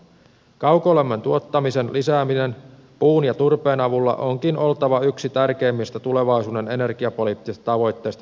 kaukolämmön tuottamisen lisäämisen puun ja turpeen avulla onkin oltava yksi tärkeimmistä tulevaisuuden energiapoliittisista tavoitteista suomessa